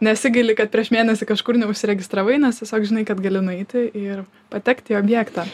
nesigaili kad prieš mėnesį kažkur neužsiregistravai nes tiesiog žinai kad gali nueiti ir patekti į objektą